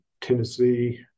Tennessee